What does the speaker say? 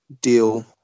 deal